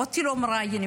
אותי לא מראיינים.